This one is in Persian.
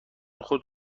خود